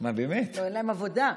לא, אין להם עבודה.